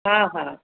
हा हा